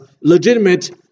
legitimate